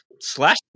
slash